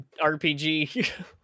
RPG